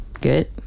Good